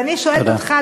ואני שואלת אותך,